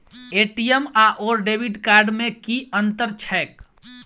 ATM आओर debit card मे की अंतर छैक?